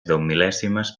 deumil·lèsimes